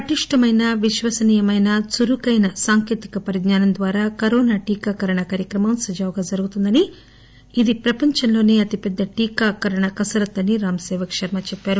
పటిష్టమైన విశ్వసనీయమైన చురుకైన సాంకేతిక పరిజ్ఞానం ద్వారా కరోనా టీకీకరణ కార్యక్రమం సజావుగా జరుగుతుందని ఇది ప్రపంచంలోనే అతిపెద్ద టీకా కరోనా కసరత్తు అని రామ్ సేవక్ శర్మ చెప్పారు